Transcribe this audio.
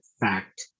fact